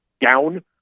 down